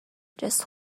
just